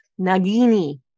Nagini